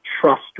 trust